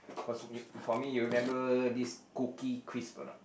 was m~ for me you remember this cookie crisp or not